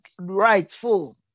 rightful